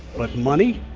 but money?